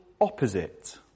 opposite